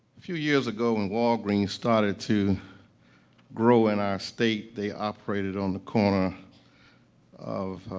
few years ago, when walgreens started to grow in our state, they operated on the corner of,